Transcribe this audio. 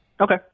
Okay